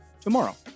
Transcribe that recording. tomorrow